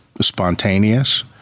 spontaneous